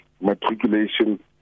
matriculation